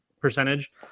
percentage